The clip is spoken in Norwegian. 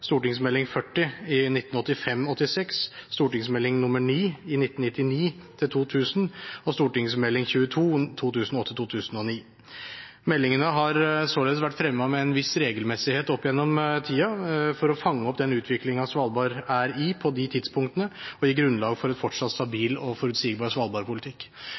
og St. meld. nr. 22 for 2008–2009. Meldingene har således vært fremmet med en viss regelmessighet opp gjennom tidene for å fange opp den utviklingen Svalbard er i på de tidspunktene, og gi grunnlag for en fortsatt stabil og forutsigbar